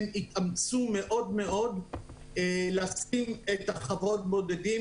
הם התאמצו מאוד מאוד להצעיד את חוות הבודדים